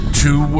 two